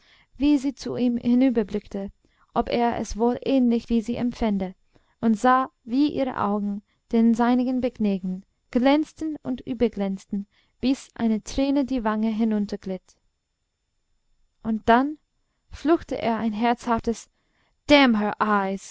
wie sie zu ihm hinüberblickte ob er es wohl ähnlich wie sie empfände und sah wie ihre augen den seinigen begegnend glänzten und überglänzten bis eine träne die wange hinunterglitt und dann fluchte er ein herzhaftes